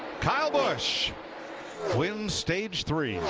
kyle busch winning stage three.